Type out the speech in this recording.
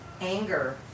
anger